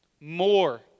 More